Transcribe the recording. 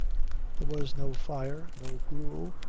there was no fire no gruel,